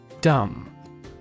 Dumb